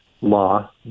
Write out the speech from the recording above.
law